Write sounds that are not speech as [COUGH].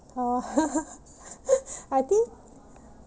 orh [LAUGHS] I think